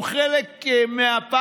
הוא חלק מהפאזל,